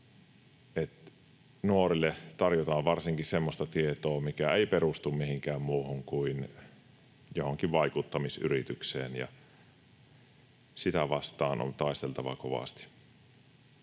nuorille tarjotaan varsinkin semmoista tietoa, mikä ei perustu mihinkään muuhun kuin johonkin vaikuttamisyritykseen, ja sitä vastaan on taisteltava kovasti.